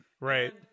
right